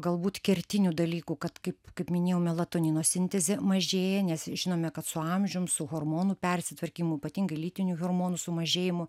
galbūt kertinių dalykų kad kaip kaip minėjau melatonino sintezė mažėja nes žinome kad su amžium su hormonų persitvarkymu ypatingai lytinių hormonų sumažėjimu